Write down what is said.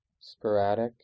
Sporadic